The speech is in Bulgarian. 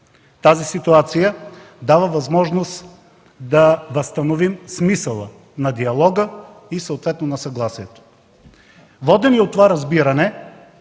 Тази ситуация дава възможност да възстановим смисъла на диалога и съответно на съгласието. Водени от това разбиране,